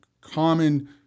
common